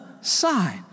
side